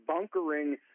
bunkering